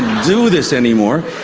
do this anymore.